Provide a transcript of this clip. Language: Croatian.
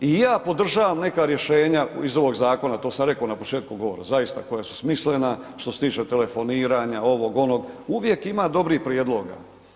I ja podržavam neka rješenja iz ovog zakona, to sam rekao na početku govora, zaista koja su smislena što se tiče telefoniranja, ovog, onog, uvijek ima dobrih prijedloga.